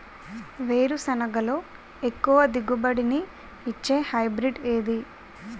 వేరుసెనగ లో ఎక్కువ దిగుబడి నీ ఇచ్చే హైబ్రిడ్ ఏది?